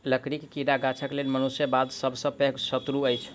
लकड़ीक कीड़ा गाछक लेल मनुष्य बाद सभ सॅ पैघ शत्रु अछि